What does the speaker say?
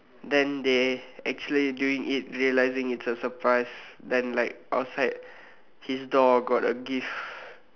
then they actually doing it realising it's a surprise then like outside his door got a gift